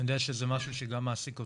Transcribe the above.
אני יודע שזה משהו שגם מעסיק אותך,